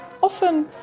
often